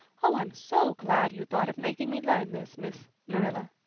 oh, i'm so glad you thought of making me learn this, miss marilla.